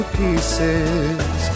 pieces